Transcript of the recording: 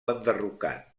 enderrocat